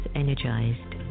energized